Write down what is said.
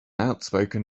outspoken